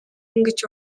ингэж